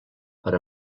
per